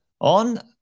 on